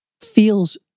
feels